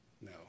no